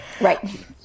right